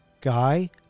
guy